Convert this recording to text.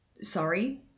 sorry